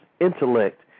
intellect